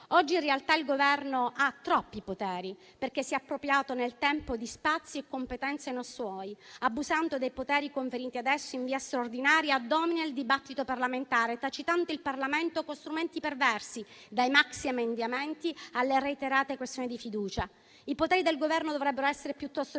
Oggi, in realtà, il Governo ha troppi poteri perché nel tempo si è appropriato di spazi e competenze non suoi e, abusando dei poteri conferiti adesso in via straordinaria, domina il dibattito parlamentare, tacitando il Parlamento con strumenti perversi, dai maxiemendamenti alle reiterate questioni di fiducia. I poteri del Governo dovrebbero essere piuttosto ridotti